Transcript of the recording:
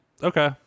okay